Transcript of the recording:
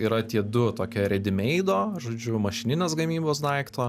yra tie du tokie redimeido žodžiu mašininės gamybos daikto